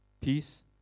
peace